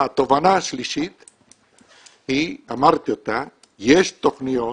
התובנה השלישית היא, אמרתי אותה, יש תכניות